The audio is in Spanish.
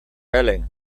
helene